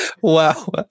Wow